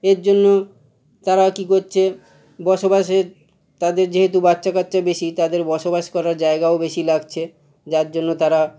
এর জন্য তারা কী করছে বসবাসের তাদের যেহুতু বাচ্চা কাচ্চা বেশি তাদের বসবাস করার জায়গাও বেশি লাগচে যার জন্য তারা